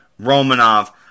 Romanov